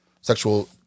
Sexual